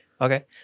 Okay